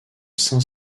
saint